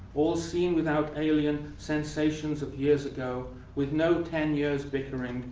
all seen without alien sensations of years ago, with no ten years' bickerings,